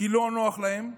כי לא נוח להם,